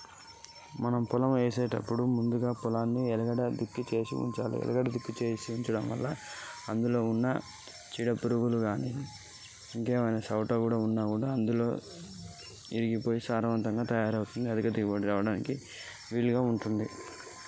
పొలాన్ని దున్నుట అధిక దిగుబడి నుండి చీడలను ఎలా నిర్ధారించాలి?